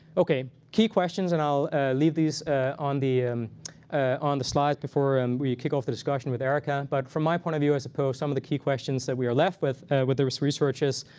ok. key questions, and i'll leave these on the on the slides before and we kick off the discussion with erica. but from my point of view, i suppose, some of the key questions that we are left with with this research is,